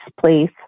please